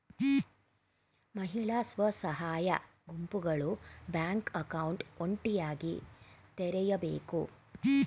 ಮಹಿಳಾ ಸ್ವಸಹಾಯ ಗುಂಪುಗಳು ಬ್ಯಾಂಕ್ ಅಕೌಂಟ್ ಜಂಟಿಯಾಗಿ ತೆರೆಯಬೇಕು